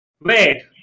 Wait